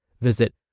Visit